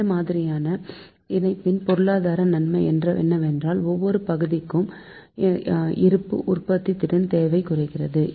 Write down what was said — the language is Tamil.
இம்மாதிரியான இணைப்பின் பொருளாதார நன்மை என்னவெனில் ஒவ்வொரு பகுதிக்குமான இருப்பு உற்பத்தி திறன் தேவையை குறைகிறது